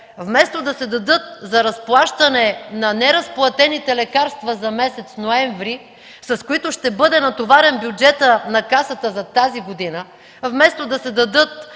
Вместо да се дадат за разплащане на неразплатените лекарства за месец ноември, с които ще бъде натоварен бюджетът на Касата за тази година, вместо да се дадат